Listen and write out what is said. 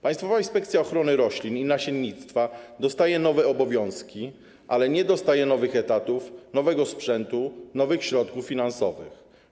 Państwowa Inspekcja Ochrony Roślin i Nasiennictwa dostaje nowe obowiązki, ale nie dostaje nowych etatów, nowego sprzętu, nowych środków finansowych.